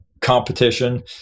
competition